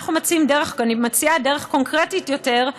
אנחנו מציעים אני מציעה דרך קונקרטית יותר,